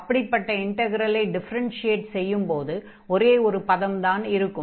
அப்படிப்பட்ட இன்ட்க்ரலை டிஃபரென்ஷியேட் செய்யும் போது ஒரே ஒரு பதம்தான் இருக்கும்